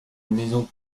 maison